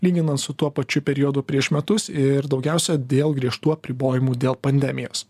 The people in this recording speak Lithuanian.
lyginan su tuo pačiu periodu prieš metus ir daugiausia dėl griežtų apribojimų dėl pandemijos